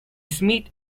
smith